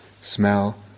smell